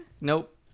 Nope